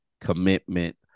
commitment